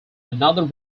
another